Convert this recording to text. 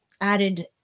added